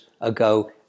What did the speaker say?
ago